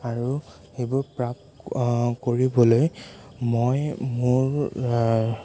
আৰু সেইবোৰ প্ৰাপ কৰিবলৈ মই মোৰ